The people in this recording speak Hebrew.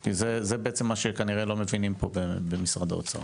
כי זה בעצם מה שכנראה לא מבינים במשרד האוצר,